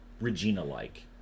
Regina-like